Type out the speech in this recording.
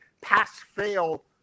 pass-fail